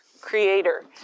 creator